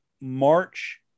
March